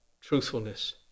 truthfulness